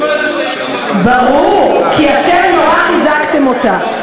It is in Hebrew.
בזהות היהודית, ברור, כי אתם נורא חיזקתם אותה.